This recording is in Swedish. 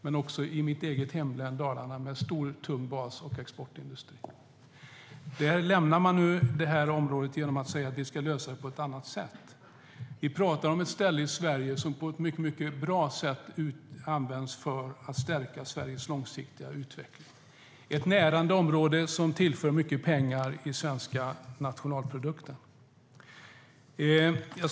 Men i mitt eget hemlän Dalarna finns också stor, tung bas och exportindustri. Nu lämnar man det området genom att säga att man ska lösa det på ett annat sätt. Vi talar om ett ställe i Sverige som används på ett mycket bra sätt för att stärka Sveriges långsiktiga utveckling. Det är ett närande område som tillför mycket pengar till den svenska nationalprodukten.